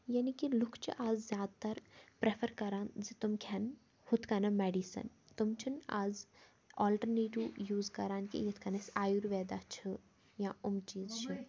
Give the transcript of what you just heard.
یعنے کہِ لُکھ چھِ آز زیادٕ تَر پرٛٮ۪فَر کَران زِ تِم کھٮ۪ن ہُتھ کَنَن مٮ۪ڈیٖسَن تٕم چھِنہٕ آز آلٹَرنیٹِو یوٗز کَران کہِ یِتھ کٔنۍ اَسہِ آیُرویدا چھِ یا یِم چیٖز چھِ